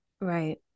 Right